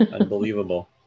unbelievable